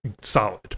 solid